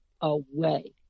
away